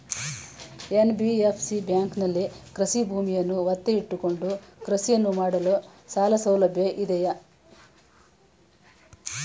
NBFC ಬ್ಯಾಂಕಿನಲ್ಲಿ ಕೃಷಿ ಭೂಮಿಯನ್ನು ಒತ್ತೆ ಇಟ್ಟುಕೊಂಡು ಕೃಷಿಯನ್ನು ಮಾಡಲು ಸಾಲಸೌಲಭ್ಯ ಇದೆಯಾ?